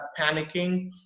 panicking